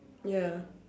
ya